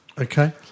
Okay